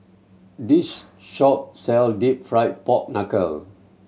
this shop sell Deep Fried Pork Knuckle